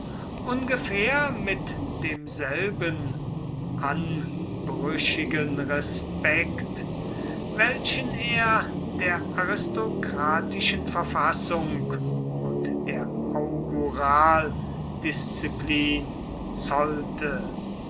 ungefähr mit demselben anbrüchigen respekt welchen er der aristokratischen verfassung und der auguraldisziplin zollte